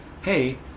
hey